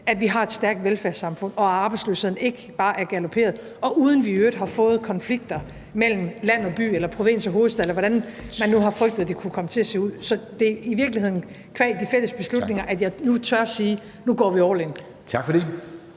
at vi har et stærkt velfærdssamfund og at arbejdsløsheden ikke bare er galoperet af sted, og uden at vi i øvrigt har fået konflikter mellem land og by eller provins og hovedstad, eller hvordan man nu har frygtet det kunne komme til at se ud. Så det er i virkeligheden qua de fælles beslutninger, at jeg nu tør sige: Nu går vi all in. Kl.